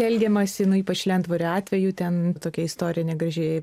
elgiamasi ypač lentvario atveju ten tokia istorija negražiai